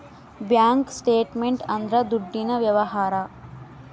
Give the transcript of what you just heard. bank statement ಅಂದ್ರ ದುಡ್ಡಿನ ವ್ಯವಹಾರ